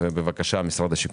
משרד השיכון,